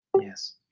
Yes